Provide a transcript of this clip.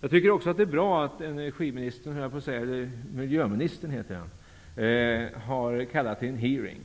Jag tycker att det är bra att miljöministern har kallat till en hearing.